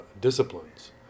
disciplines